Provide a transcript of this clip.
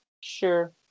sure